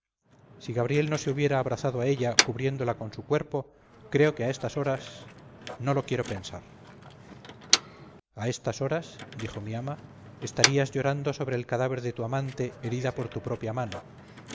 si gabriel no se hubiera abrazado a ella cubriéndola con su cuerpo creo que a estas horas no lo quiero pensar a estas horas dijo mi ama estarías llorando sobre el cadáver de tu amante herida por tu propia mano